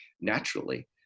naturally